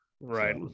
Right